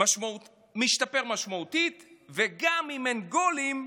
משתפר משמעותית, וגם אם אין גולים,